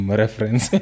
reference